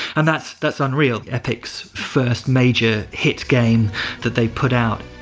and that's that's unreal epic's first major hit game that they put out,